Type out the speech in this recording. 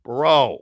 Bro